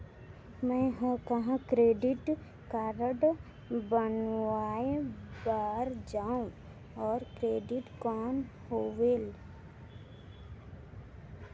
मैं ह कहाँ क्रेडिट कारड बनवाय बार जाओ? और क्रेडिट कौन होएल??